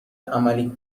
عملی